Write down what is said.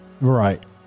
Right